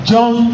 John